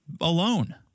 alone